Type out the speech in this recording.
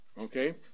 okay